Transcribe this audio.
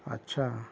اچھا ہاں